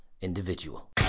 individual